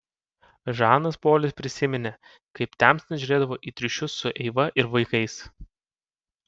žanas polis prisiminė kaip temstant žiūrėdavo į triušius su eiva ir vaikais